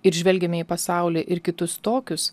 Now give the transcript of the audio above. ir žvelgiame į pasaulį ir kitus tokius